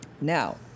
Now